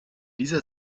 dieser